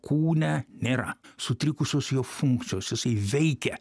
kūne nėra sutrikusios jo funkcijos jisai veikia